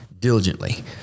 diligently—